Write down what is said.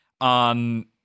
on